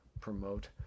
promote